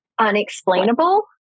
Unexplainable